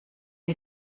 die